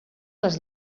les